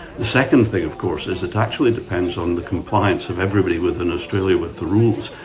the second thing of course, is it actually depends on the compliance of everybody within australia with the rules.